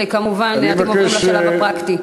וכמובן, אתם עוברים לשלב הפרקטי.